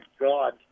God